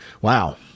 Wow